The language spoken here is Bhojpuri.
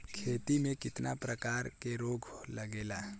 खेती में कितना प्रकार के रोग लगेला?